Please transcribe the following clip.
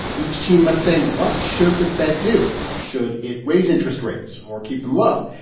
each team must say, what should the fed do? should it raise interest rates or keep them low?